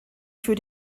für